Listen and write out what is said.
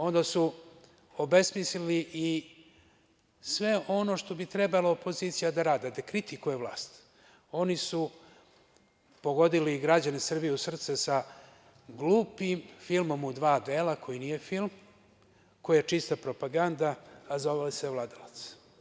Onda su obesmislili i sve ono što bi trebalo opozicija da radi, da kritikuje vlast, oni su pogodili građane Srbije u srce sa glupim filmom u dva dela, koji nije film, koji je čista propaganda, a zove se „Vladalac“